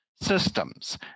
systems